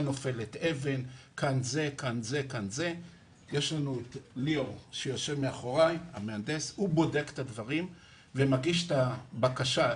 נמצא אתנו ליאור המהנדס שבודק את הדברים ומגיש את הבקשה.